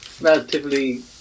relatively